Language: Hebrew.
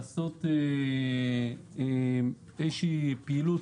לעשות איזושהי פעילות,